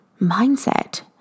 mindset